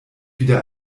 wieder